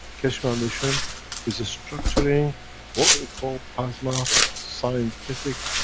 keshe foundation is ah structuring what we call, plasma scientific